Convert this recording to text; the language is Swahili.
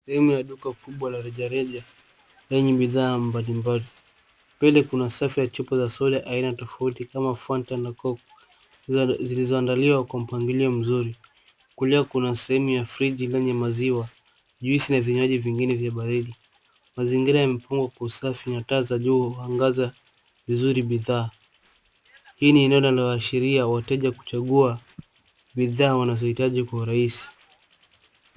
Sehemu ya duka kubwa la rejareja lenye bidhaa mbalimbali. Mbele kuna safu ya chupa za soda aina tofauti kama Fanta na Coke zilizoandaliwa kwa mpangilio mzuri. Kulia kuna sehemu kuna friji iliyo na maziwa, juisi na vinywaji vingine vya baridi. Mazingira yamepangwa kwa usafi na taa za juu huangaza vizuri bidhaa. Hii inaashiria wateja kuchagua bidhaa wanazohitaji kwa urahisi.